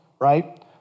right